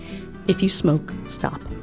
if you smoke, stop.